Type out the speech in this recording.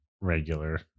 regular